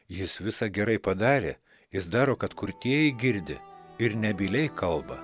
jis visą gerai padarė jis daro kad kurtieji girdi ir nebyliai kalba